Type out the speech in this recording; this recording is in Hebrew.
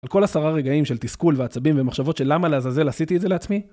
על כל עשרה רגעים של תסכול ועצבים ומחשבות של למה לעזאזל עשיתי את זה לעצמי?